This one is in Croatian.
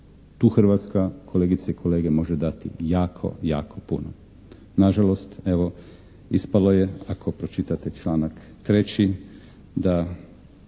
Tu Hrvatska, kolegice i kolege, može dati jako, jako puno. Nažalost, evo ispalo je, ako pročitate članak 3. da